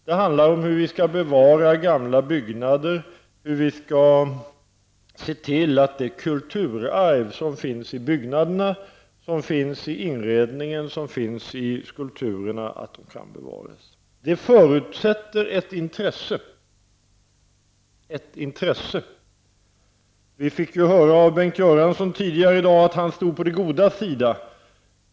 Det handlar om hur vi skall bevara gamla byggnader och om hur vi skall se till att det kulturarv som finns i byggnaderna, i inredningen och i skulpturerna kan bevaras. Detta förutsätter ett intresse. Vi fick ju tidigare i dag höra av Bengt Göransson att han stod på det godas sida.